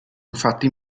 infatti